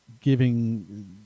giving